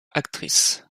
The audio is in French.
actrice